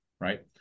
Right